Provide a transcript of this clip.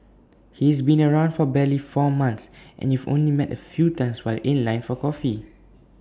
he's been around for barely four months and you've only met A few times while in line for coffee